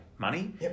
money